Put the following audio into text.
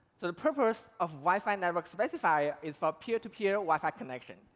so the purpose of wi-fi networkspecifier is for peer to peer wi-fi connection,